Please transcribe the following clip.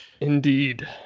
Indeed